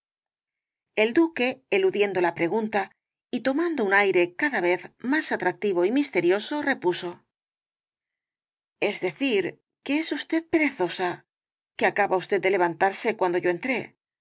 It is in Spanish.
el duque eludiendo la pregunta y tomando un aire cada vez más atractivo y misterioso repuso es decir que es usted perezosa que acababa usted de levantarse cuando yo entré